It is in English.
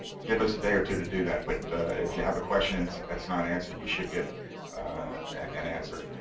give us a day or two to do that but if you have a question that's that's not answered, you should get an answer.